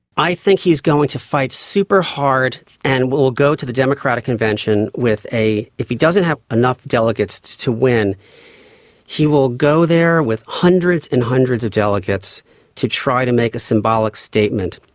i think he's going to fight super hard and will will go to the democratic convention with a, if he doesn't have enough delegates to win he will go there with hundreds and hundreds of delegates to try to make a symbolic statement.